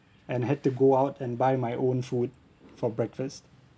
and had to go out and buy my own food for breakfast